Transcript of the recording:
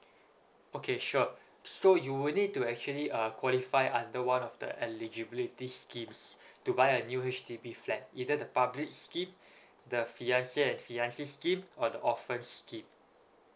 okay sure so you would need to actually uh qualify under one of the eligibility schemes to buy a new H_D_B flat either the public scheme the fiance and fiancee scheme or the orphans scheme